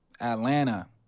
Atlanta